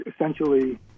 essentially